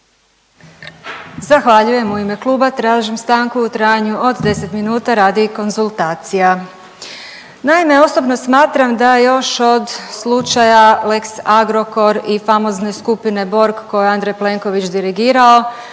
Zahvaljujem. U ime Kluba tražim stanku u trajanju od 10 minuta radi konzultacija. Naime, osobno smatram da još od slučaja Lex Agrokor i famozne skupine Borg koju je Andrej Plenković dirigirao,